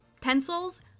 Pencils